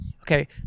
Okay